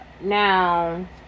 now